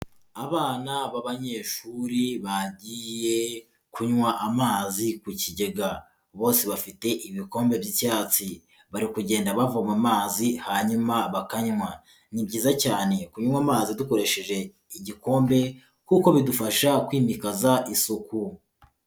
Abana b'abanyeshuri bagiye kunywa amazi ku kigega, bose bafite ibikombe by'icyatsi, bari kugenda bavoma amazi hanyuma bakanywa, ni byiza cyane kunywa amazi dukoresheje igikombe kuko bidufasha kwimikaza isuku.